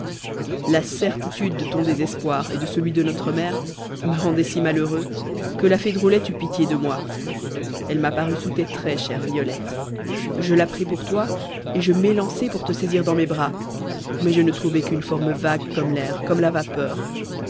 la certitude de ton désespoir et de celui de notre mère me rendait si malheureux que la fée drôlette eut pitié de moi elle m'apparut sous tes traits chère violette je la pris pour toi et je m'élançai pour te saisir dans mes bras mais je ne trouvai qu'une forme vague comme l'air comme la vapeur